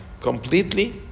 completely